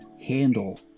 handle